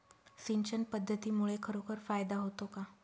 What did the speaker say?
सिंचन पद्धतीमुळे खरोखर फायदा होतो का?